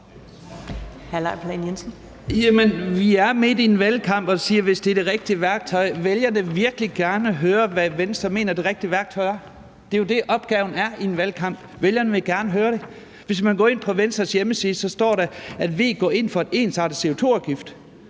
Vi er midt i en valgkamp, og så siger man: Hvis det er det rigtige værktøj. Så vil jeg da virkelig gerne høre, hvad Venstre mener det rigtige værktøj er. Det er jo det, opgaven går ud på i en valgkamp; vælgerne vil gerne høre det. Hvis man går ind på Venstres hjemmeside, står der: V går ind for en ensartet CO2-afgift.